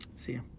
see you.